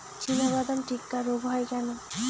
চিনাবাদাম টিক্কা রোগ হয় কেন?